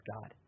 God